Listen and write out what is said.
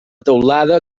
teulada